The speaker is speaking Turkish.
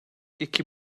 iki